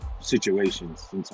situations